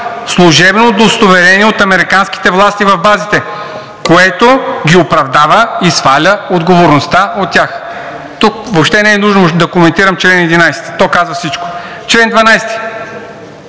служебно удостоверение от американските власти в базите, което ги оправдава и сваля отговорността от тях.“ Тук въобще не е нужно да коментирам чл. 11. Той казва всичко. „Чл. 12.